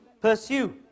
pursue